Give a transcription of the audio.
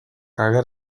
ager